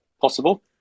possible